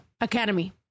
Academy